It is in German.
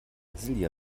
silja